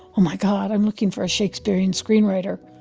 oh, my god. i'm looking for a shakespearean screenwriter.